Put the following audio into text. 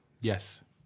Yes